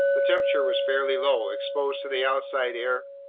the temperature was fairly low. exposed to the outside air,